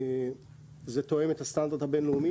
זה תואם את הסטנדרט הבין-לאומי.